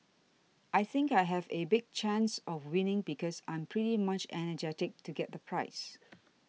I think I have a big chance of winning because I'm pretty much energetic to get the prize